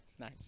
Nice